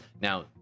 Now